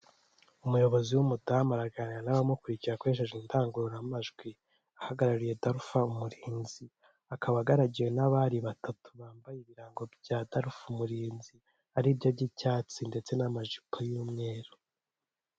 Umuyobozi w'umudamu araganira n'abamukurikira akoresheje indangururamajwi. Ahagarariye Dalufa Umurinzi. Akaba agaragiwe n'abari batatu bambaye ibirango bya Dalufa Umurinzi aribyo by'icyatsi ndetse n'amajipo y'umweru.